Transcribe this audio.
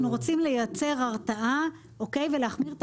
אנחנו רוצים לייצר הרתעה ולהחמיר את